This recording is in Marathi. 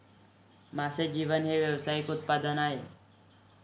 मासे जेवण हे व्यावसायिक उत्पादन आहे